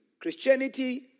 Christianity